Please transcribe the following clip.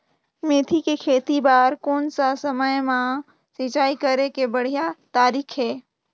मेथी के खेती बार कोन सा समय मां सिंचाई करे के बढ़िया तारीक हे?